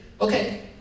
okay